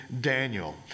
Daniel